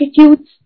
attitudes